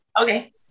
Okay